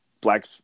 black